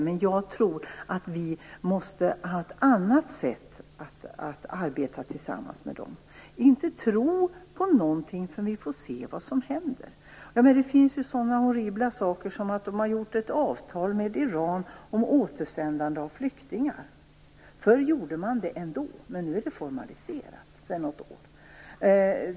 Men jag tror att vi måste ha ett annat sätt att arbeta med Turkiet. Vi skall inte tro på någonting förrän vi får se vad som händer. Det finns sådana horribla saker som att man har träffat ett avtal med Iran om återsändande av flyktingar. Förr gjorde man det ändå, men nu är det formaliserat sedan något år.